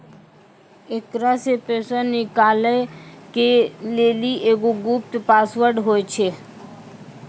एकरा से पैसा निकालै के लेली एगो गुप्त पासवर्ड होय छै